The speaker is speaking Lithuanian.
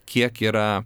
kiek yra